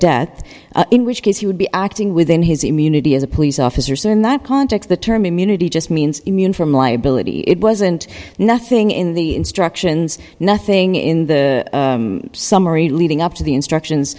death in which case he would be acting within his immunity as a police officer so in that context the term immunity just means immune from liability it wasn't nothing in the instructions nothing in the summary leading up to the instructions